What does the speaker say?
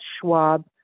schwab